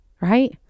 right